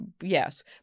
yes